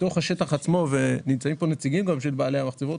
בתוך השטח עצמו ונמצאים פה גם נציגים של בעלי המחצבות